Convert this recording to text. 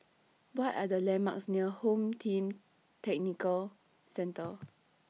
What Are The landmarks near Home Team Tactical Centre